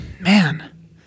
Man